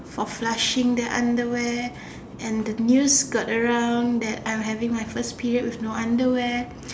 for flushing the underwear and the news got around that I'm having my first period with no underwear